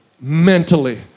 mentally